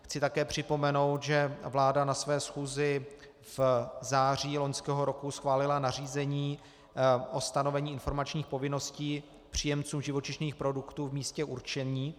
Chci také připomenout, že vláda na své schůzi v září loňského roku schválila nařízení o stanovení informačních povinností příjemcům živočišných produktů v místě určení.